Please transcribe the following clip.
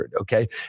Okay